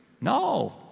No